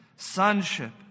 sonship